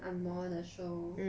ang moh 的 show